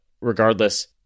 regardless